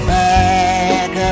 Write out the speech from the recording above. back